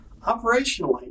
Operationally